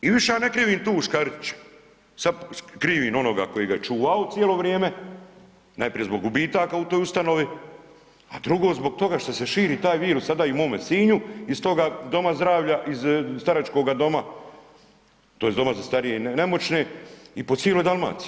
I više ja ne krivim tu …/nerazumljivo/… sad krivim onoga koji ga je čuvao cijelo vrijeme, najprije zbog gubitaka u toj ustanovi, a drugo zbog toga što se širi taj virus i sada u mome Sinju iz toga doma zdravlja, iz staračkoga doma tj. doma za starije i nemoćne i po cijeloj Dalmaciji.